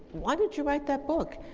why did you write that book?